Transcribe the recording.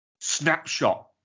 snapshot